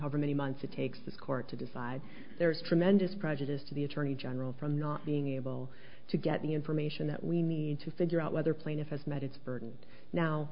however many months it takes the court to decide there is tremendous profit is to the attorney general from not being able to get the information that we need to figure out whether plaintiff has met its burden now